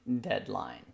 deadline